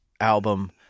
album